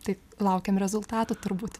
tai laukiam rezultatų turbūt